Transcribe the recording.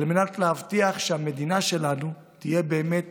על מנת להבטיח שהמדינה שלנו תהיה באמת